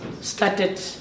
started